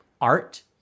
Art